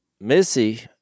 Missy